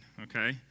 Okay